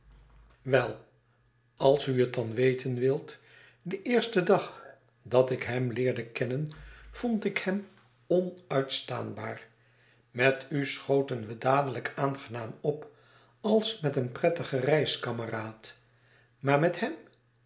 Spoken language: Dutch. wel als u het dan weten wilt den eersten dag dat ik hem leerde kennen vond ik hem onuitstaanbaar met u schoten we dadelijk aangenaam op als met een prettigen reiskameraad maar met hem